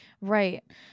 Right